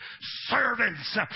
servants